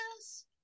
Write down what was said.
yes